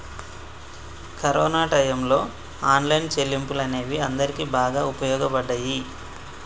corona టైయ్యంలో online చెల్లింపులు అనేవి అందరికీ బాగా వుపయోగపడ్డయ్యి